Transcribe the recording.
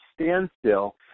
standstill